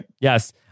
Yes